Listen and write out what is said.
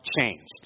changed